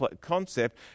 concept